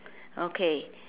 okay